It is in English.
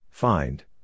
Find